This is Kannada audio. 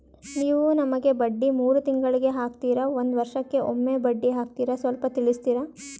ನೀವು ನಮಗೆ ಬಡ್ಡಿ ಮೂರು ತಿಂಗಳಿಗೆ ಹಾಕ್ತಿರಾ, ಒಂದ್ ವರ್ಷಕ್ಕೆ ಒಮ್ಮೆ ಬಡ್ಡಿ ಹಾಕ್ತಿರಾ ಸ್ವಲ್ಪ ತಿಳಿಸ್ತೀರ?